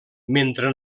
mentre